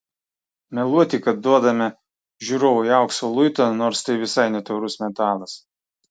meluoti kad duodame žiūrovui aukso luitą nors tai visai ne taurus metalas